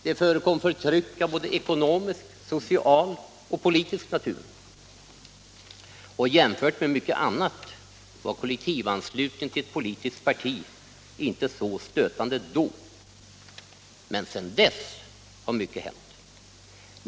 Det förekom förtryck av både ekonomisk, social och politisk natur. Jämfört med mycket annat var kollektivanslutningen till ett politiskt parti inte så stötande då. Men sedan dess har mycket hänt.